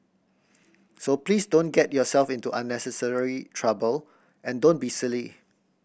so please don't get yourself into unnecessary trouble and don't be silly